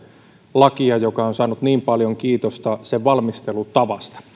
lakia joka on saanut niin paljon kiitosta sen valmistelutavasta